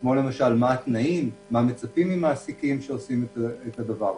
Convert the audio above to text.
כמו למשל מה הם התנאים ומה מצפים ממעסיקים שעושים את הדבר הזה.